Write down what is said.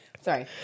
Sorry